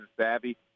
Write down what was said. savvy